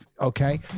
okay